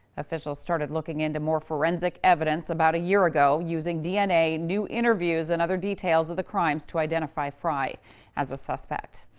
officials started looking into more forensic evidence about a year ago. using d n a, new interviews and other details of the crimes to identify frye as a suspect.